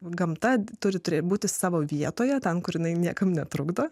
gamta turi turi būti savo vietoje ten kur jinai niekam netrukdo